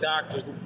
doctors